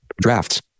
Drafts